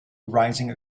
rising